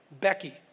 Becky